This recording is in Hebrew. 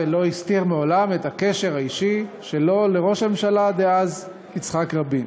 לא הסתיר מעולם את הקשר האישי שלו לראש הממשלה דאז יצחק רבין.